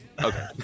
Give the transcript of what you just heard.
Okay